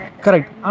Correct